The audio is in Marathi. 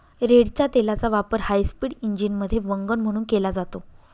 रेडच्या तेलाचा वापर हायस्पीड इंजिनमध्ये वंगण म्हणून केला जातो